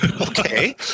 okay